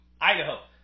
Idaho